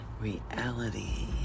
reality